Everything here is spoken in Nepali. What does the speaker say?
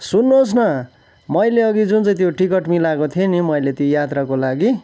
सुन्नुहोस् न मैले अघि जुन चाहिँ त्यो टिकट मिलाएको थिएँ नि मैले त्यो यात्राको लागि